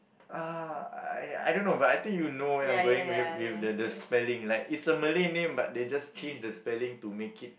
ah I I don't know but I think you know where I'm going with with the the spelling like it's a Malay name but they just change the spelling to make it